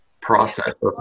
process